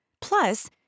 Plus